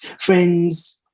friends